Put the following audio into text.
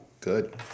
good